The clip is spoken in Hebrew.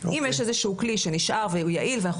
אם יש איזה שהוא כלי שהוא נשאר והוא יעיל ואנחנו